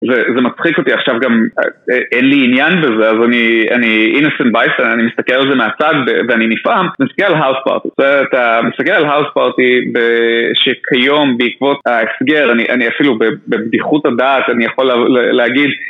וזה מצחיק אותי עכשיו גם, אין לי עניין בזה, אז אני innocent bystander, אני מסתכל על זה מהצד ואני נפעם מסתכל על האוס פארטי. אתה מסתכל על האוס פארטי שכיום בעקבות ההסגר, אני אפילו בבדיחות הדעת, אני יכול להגיד...